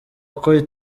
uko